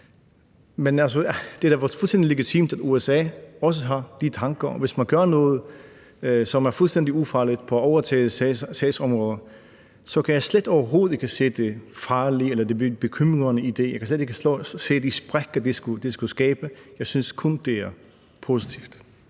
og det er da fuldstændig legitimt, at USA også har de tanker, og hvis man gør noget, som er fuldstændig ufarligt på overtagede sagsområder, kan jeg overhovedet ikke se det farlige eller bekymrende i det. Jeg kan slet ikke se de sprækker, det skulle skabe. Jeg synes kun, det er positivt.